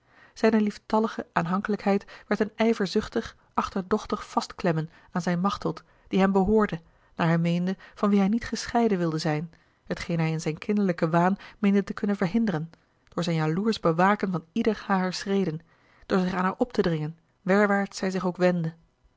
zijne lieftallige aanhankelijkheid werd een ijverzuchtig achterdochtig vastklemmen aan zijne machteld die hem behoorde naar hij meende van wie hij niet gescheiden wilde zijn hetgeen hij in zijn kinderlijken waan meende te kunnen verhinderen door zijn jaloersch bewaken van iedere harer schreden door zich aan haar op te dringen werwaarts zij zich ook wendde